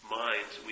minds